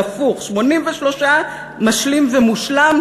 זה הפוך: ל-83% משלים ומושלם,